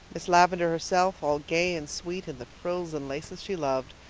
miss lavendar herself, all gay and sweet in the frills and laces she loved,